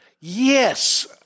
Yes